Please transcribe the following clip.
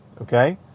Okay